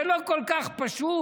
זה לא כל כך פשוט,